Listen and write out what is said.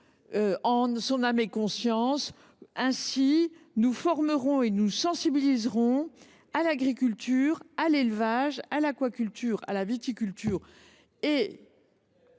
en son âme et conscience cet amendement, ainsi nous formerons et nous sensibiliserons à l’agriculture, à l’élevage, à l’aquaculture, à la viticulture et…